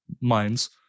minds